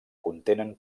contenen